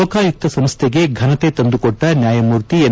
ಲೋಕಾಯುಕ್ತ ಸಂಸ್ಥೆಗೆ ಘನತೆ ತಂದುಕೊಟ್ಟ ನ್ಯಾಯಮೂರ್ತಿ ಎನ್